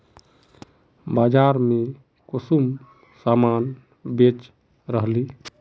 बाजार में कुंसम सामान बेच रहली?